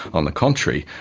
on the contrary,